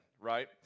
right